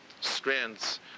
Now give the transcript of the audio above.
strands